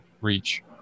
reach